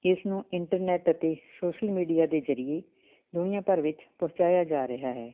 ਇਸ ਨੂੰ ਇੰਟਰਨੈੱਟ ਅਤੇ ਸੋਸ਼ਲ ਮੀਡੀਆ ਦੇ ਜ਼ਰੀਏ ਦੁਨੀਆ ਭਰ ਵਿੱਚ ਪਹੁੰਚਾਇਆ ਜਾ ਰਿਹਾ ਹੈ